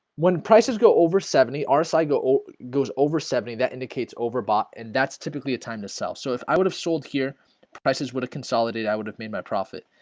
when prices go over seventy our saigo goes over seventy that indicates overbought and that's typically a time to sell so if i would have sold here prices would have consolidated i would have made my profit,